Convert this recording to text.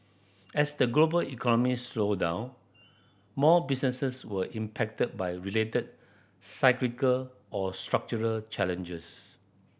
as the global economy slow down more businesses were impacted by related cyclical or structural challenges